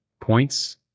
points